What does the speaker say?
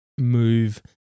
Move